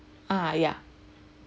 uh yeah